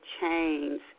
change